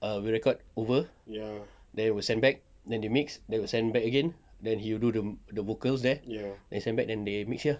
err we record over then will send back then they mix then will send back again then he will do the vocals there then send back they mix here ah